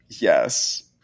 Yes